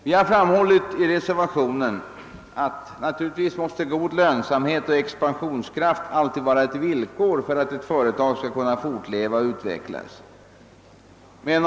Vi har framhållit i reservationen, att god lönsamhet och expansionskraft naturligtvis alltid måste vara villkor för att ett företag skall kunna fortleva och utvecklas.